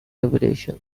evolution